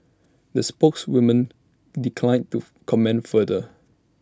the spokeswoman declined to comment further